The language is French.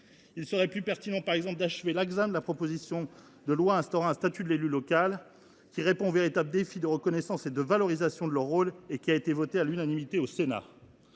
Il serait plus pertinent, par exemple, d’achever l’examen de la proposition de loi portant création d’un statut de l’élu local, qui répond aux véritables défis de reconnaissance et de valorisation du rôle de ces élus, et qui a été votée à l’unanimité au Sénat.